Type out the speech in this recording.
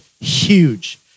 huge